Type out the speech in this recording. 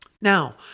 Now